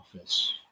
office